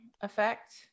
effect